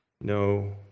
no